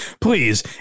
please